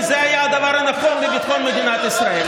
כי זה היה הדבר הנכון לביטחון מדינת ישראל.